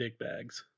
dickbags